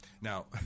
Now